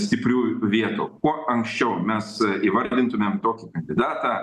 stipriųjų vietų kuo anksčiau mes įvardintumėm tokį kandidatą